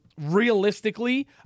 Realistically